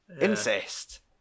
incest